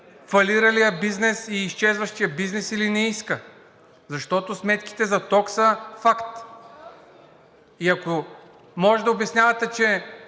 фалиралия бизнес и изчезващия бизнес, или не иска, защото сметките за ток са факт?! Ако може да обясните, че